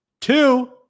Two